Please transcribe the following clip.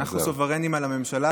אנחנו סוברנים על הממשלה,